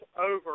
over